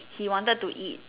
he wanted to eat